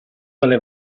dalle